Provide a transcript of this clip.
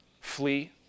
Flee